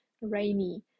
rainy